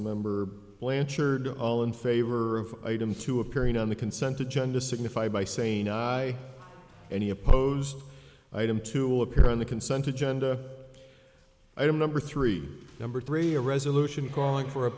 member blanchard all in favor of item two appearing on the consent agenda signify by saying i any opposed item to appear on the consent to genda item number three number three a resolution calling for a